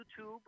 YouTube